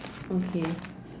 okay